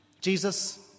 Jesus